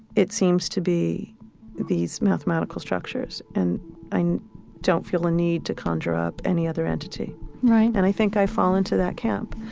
it seems to be these mathematical structures. and i don't feel the ah need to conjure up any other entity right and i think i fall into that camp,